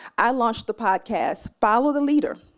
i launched the podcast follow the leader.